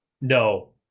No